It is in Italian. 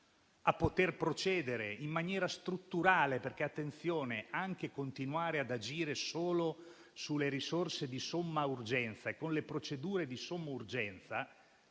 a procedere in maniera strutturale, perché non si può continuare ad agire solo sulle risorse di somma urgenza e con le procedure di somma urgenza,